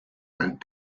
and